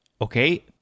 Okay